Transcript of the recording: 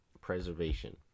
Preservation